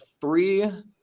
three